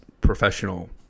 professional